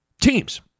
teams